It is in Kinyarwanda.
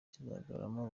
kizagaragaramo